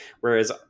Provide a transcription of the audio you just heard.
Whereas